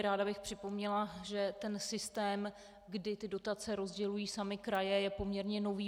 Ráda bych připomněla, že ten systém, kdy ty dotace rozdělují samy kraje, je poměrně nový.